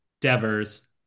Devers